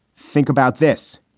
think about this,